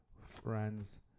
friends